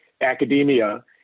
academia